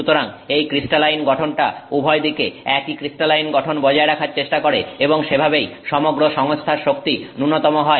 সুতরাং এই ক্রিস্টালাইন গঠনটা উভয় দিকে একই ক্রিস্টালাইন গঠন বজায় রাখার চেষ্টা করে এবং সেভাবেই সমগ্র সংস্থার শক্তি ন্যূনতম হয়